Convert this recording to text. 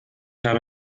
habe